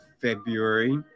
February